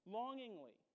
longingly